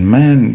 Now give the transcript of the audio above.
man